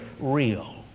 real